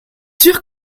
sûr